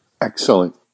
Excellent